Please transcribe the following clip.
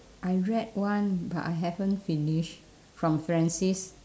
I read one but I haven't finish from francis